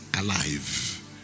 alive